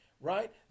right